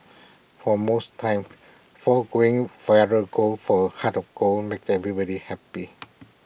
for most times foregoing viral gold for A heart of gold makes everybody happy